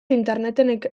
interneten